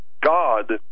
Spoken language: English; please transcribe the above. God